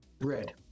Red